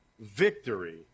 victory